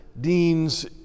dean's